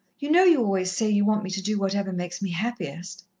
you know you always say you want me to do whatever makes me happiest.